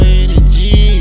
energy